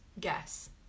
guess